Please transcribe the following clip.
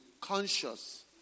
conscious